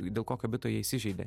dėl kokio bito jie įsižeidė